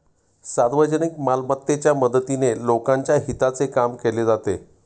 सार्वजनिक मालमत्तेच्या मदतीने लोकांच्या हिताचे काम केले जाते